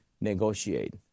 negotiate